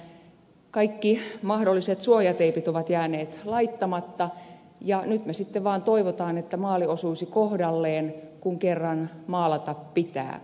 kaikki mahdolliset suojateipit ovat jääneet laittamatta ja nyt me sitten vain toivomme että maali osuisi kohdalleen kun kerran maalata pitää sanotaan